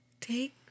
take